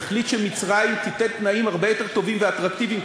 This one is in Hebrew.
והחליט שמצרים תיתן תנאים הרבה יותר טובים ואטרקטיביים,